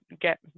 get